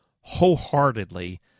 wholeheartedly